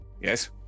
Yes